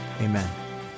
amen